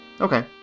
okay